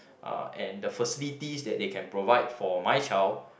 uh and the facilities that they can provide for my child